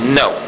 no